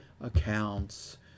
accounts